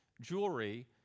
jewelry